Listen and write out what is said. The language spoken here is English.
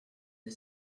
the